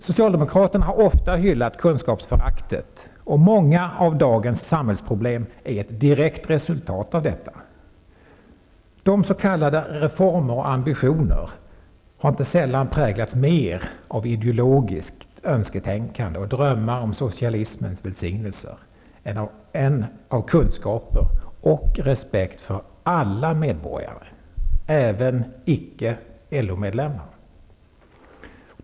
Socialdemokraterna har ofta hyllat kunskapsföraktet, och många av dagens samhällsproblem är ett direkt resultat av detta. De s.k. reformerna och ambitionerna har inte sällan präglats mer av ideologiskt önsketänkande och drömmar om socialismens välsignelser än av kunskaper och respekt för alla medborgare, även icke LO-medlemmar.